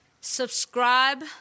Subscribe